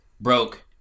broke